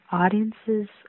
audiences